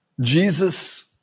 Jesus